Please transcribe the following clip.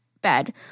bed